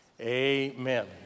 Amen